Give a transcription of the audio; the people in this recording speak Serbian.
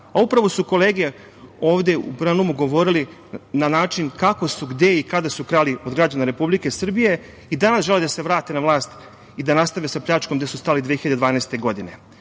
radimo. Upravo su kolege ovde u plenumu govorile na način kako su, gde i kada su krali od građana Republike Srbije i danas žele da se vrate na vlast i da nastave sa pljačkom gde su stali 2012. godine. Upravo